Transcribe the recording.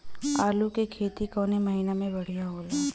आलू क खेती कवने महीना में बढ़ियां होला?